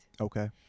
okay